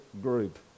group